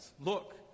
Look